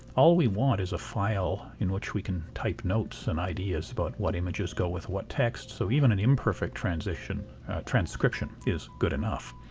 all we want is a file in which we can type notes and ideas about what images go with what text so even an imperfect transcription transcription is good enough.